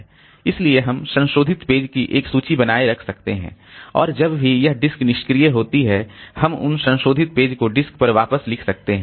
इसलिए हम संशोधित पेज की एक सूची बनाए रख सकते हैं और जब भी यह डिस्क निष्क्रिय होती है हम उन संशोधित पेज को डिस्क पर वापस लिख सकते हैं